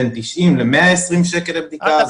בין 90 ל-120 שקלים לבדיקה.